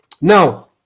Now